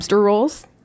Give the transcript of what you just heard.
rolls